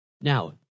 Now